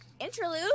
interlude